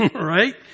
Right